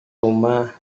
rumah